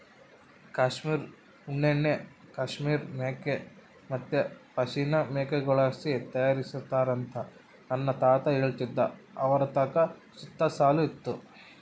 ಕಾಶ್ಮೀರ್ ಉಣ್ಣೆನ ಕಾಶ್ಮೀರ್ ಮೇಕೆ ಮತ್ತೆ ಪಶ್ಮಿನಾ ಮೇಕೆಗುಳ್ಳಾಸಿ ತಯಾರಿಸ್ತಾರಂತ ನನ್ನ ತಾತ ಹೇಳ್ತಿದ್ದ ಅವರತಾಕ ಸುತ ಶಾಲು ಇತ್ತು